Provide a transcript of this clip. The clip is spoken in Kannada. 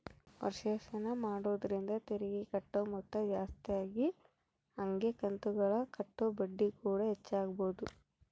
ವರ್ಷಾಶನ ಮಾಡೊದ್ರಿಂದ ತೆರಿಗೆಗೆ ಕಟ್ಟೊ ಮೊತ್ತ ಜಾಸ್ತಗಿ ಹಂಗೆ ಕಂತುಗುಳಗ ಕಟ್ಟೊ ಬಡ್ಡಿಕೂಡ ಹೆಚ್ಚಾಗಬೊದು